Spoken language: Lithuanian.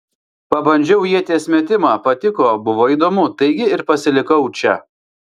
pabandžiau ieties metimą patiko buvo įdomu taigi ir pasilikau čia